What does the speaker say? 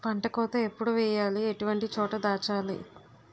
పంట కోత ఎప్పుడు చేయాలి? ఎటువంటి చోట దాచాలి?